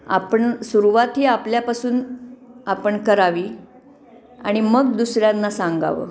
आपण सुरुवात ही आपल्यापासून आपण करावी आणि मग दुसऱ्यांना सांगावं